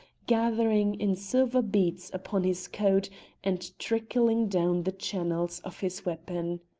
gathering in silver beads upon his coat and trickling down the channels of his weapon.